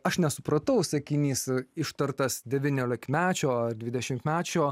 aš nesupratau sakinys ištartas devyniolikmečio ar dvidešimtmečio